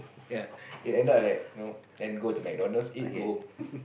ya it end up like know then go McDonald's eat then go home